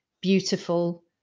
beautiful